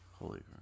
Holy